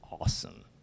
awesome